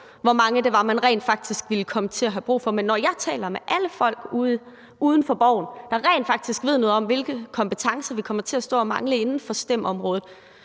hvor mange det var, man rent faktisk ville komme til at have brug for. Men når jeg taler med folk uden for Borgen, der rent faktisk ved noget om, hvilke kompetencer vi kommer til at stå og mangle inden for STEM-området,